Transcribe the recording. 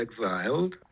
exiled